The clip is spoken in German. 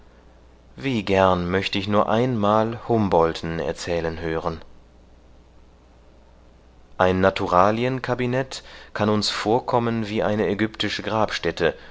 wie gern möchte ich nur einmal humboldten erzählen hören ein naturalienkabinett kann uns vorkommen wie eine ägyptische grabstätte